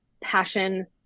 passion